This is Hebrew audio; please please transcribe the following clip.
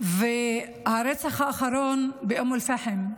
והרצח האחרון באום אל-פחם.